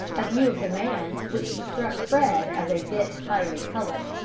a view of the man which struck fred as a bit highly colored.